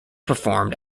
performed